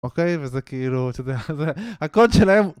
אוקיי? וזה כאילו, אתה יודע, זה, הקוד שלהם...